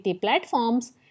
platforms